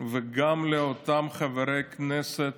וגם לאותם חברי כנסת